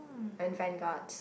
and vanguard